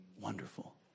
wonderful